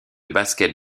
basket